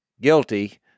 guilty